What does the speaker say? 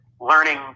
learning